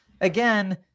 again